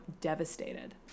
devastated